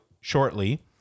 shortly